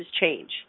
change